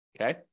Okay